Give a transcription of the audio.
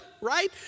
right